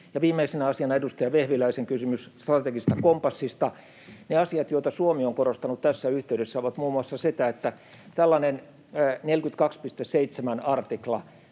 Viimeisenä asiana edustaja Vehviläisen kysymys strategisesta kompassista. Ne asiat, joita Suomi on korostanut tässä yhteydessä, ovat muun muassa sitä, että tällainen 42.7 artikla